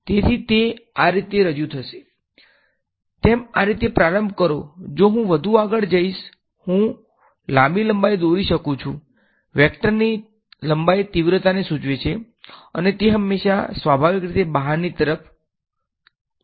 તેથી તે આ રીતે રજૂ થશે તેમ આ રીતે પ્રારંભ કરો જેમ હું વધુ આગળ જઈશ હું લાંબી લંબાઈ દોરી શકું છું વેક્ટરની લંબાઈ તીવ્રતાને સૂચવે છે અને તે હંમેશાં સ્વાભાવિક રીતે બહારની તરફ હોય છે